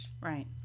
right